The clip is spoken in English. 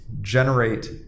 Generate